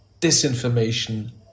disinformation